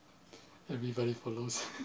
everybody follows